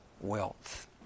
wealth